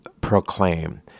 proclaim